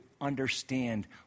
understand